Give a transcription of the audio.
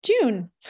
June